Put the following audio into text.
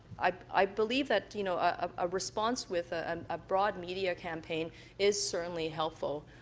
i believe that, you know, a response with ah um a broad media campaign is certainly helpful.